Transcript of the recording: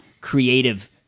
creative